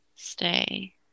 stay